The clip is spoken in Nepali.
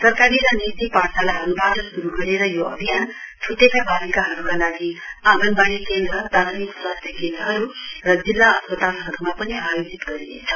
सरकारी र निजी पाठशालाहरूबाट श्रू गरेर यो अभियान छ्टेका बालिकाहरूकालागि आँगनबाड़ी केन्द्र प्राथमिक स्वास्थ्य केन्द्रहरू र जिल्ला अस्पतालहरूमा आयोजित गरिनेछ